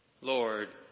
Lord